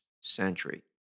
century